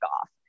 Off